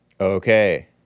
Okay